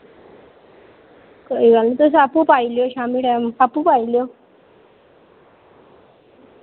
कोई गल्ल नि तुस आप्पू पाई लैएओ शाम्मी टाइम आप्पू पाई लैएओ